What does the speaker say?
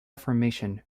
reformation